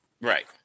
Right